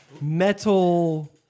metal